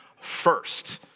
first